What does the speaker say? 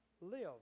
live